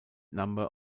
number